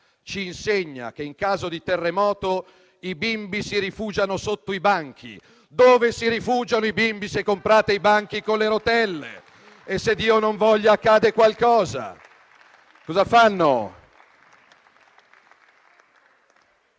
ci insegna che, in caso di terremoto, i bimbi si rifugiano sotto i banchi. Dove si rifugiano i bimbi, se comprate i banchi con le rotelle? E se, Dio non voglia, accade qualcosa, cosa fanno?